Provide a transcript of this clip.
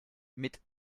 mit